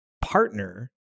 partner